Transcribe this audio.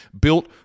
built